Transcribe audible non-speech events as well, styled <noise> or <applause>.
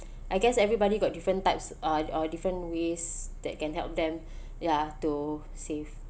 I guess everybody got different types uh uh different ways that can help them <breath> ya to save